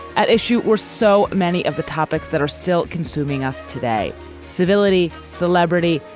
at issue were so many of the topics that are still consuming us today civility, celebrity,